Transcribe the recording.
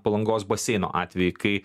palangos baseino atvejį kai